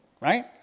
right